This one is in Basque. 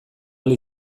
ahal